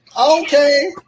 Okay